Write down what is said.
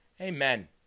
Amen